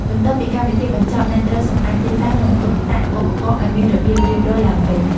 បន្ទាប់ពីកម្មវិធីបញ្ចប់ អ្នកត្រូវសម្អាតទីតាំង និងទុកដាក់ឧបករណ៍ឱ្យមានរបៀបរៀបរយឡើងវិញ។